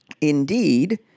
Indeed